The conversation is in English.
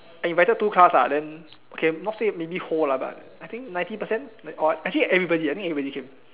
I invited two class ah then okay not say maybe whole lah but I think ninety percent like or actually everybody i think everybody came